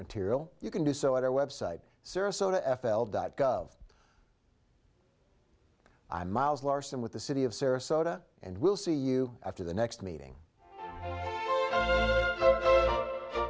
material you can do so at our website sarasota f l dot gov i'm miles larson with the city of sarasota and we'll see you after the next meeting